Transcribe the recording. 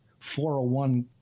401